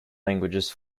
languages